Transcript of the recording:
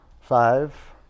Five